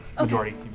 Majority